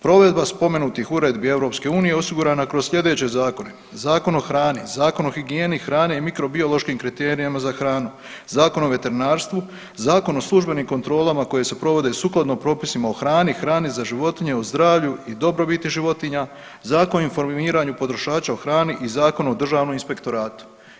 Provedba spomenutih uredbi EU osigurana je kroz sljedeće zakone Zakon o hrani, Zakon o higijeni hrane i mikro biološkim kriterijima za hranu, Zakon o veterinarstvu, Zakon o službenim kontrolama koje se provode sukladno propisima o hrani, hrani za životinje, o zdravlju i dobrobiti životinja, Zakon o informiranju potrošača o hrani i Zakon o Državnom inspektoratu.